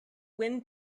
wind